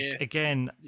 again